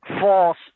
false